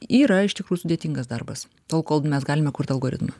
yra iš tikrųjų sudėtingas darbas tol kol mes galime kurt algoritmą